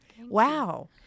Wow